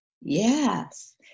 Yes